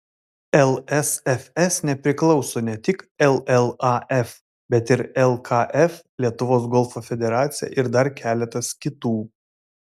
lsfs nepriklauso ne tik llaf bet ir lkf lietuvos golfo federacija ir dar keletas kitų